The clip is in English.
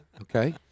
Okay